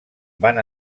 van